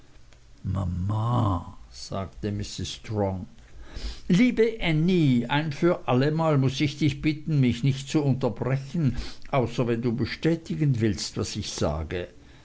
sagte mrs strong liebe ännie ein für allemal muß ich dich bitten mich nicht zu unterbrechen außer wenn du bestätigen willst was ich sage